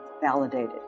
validated